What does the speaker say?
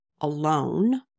alone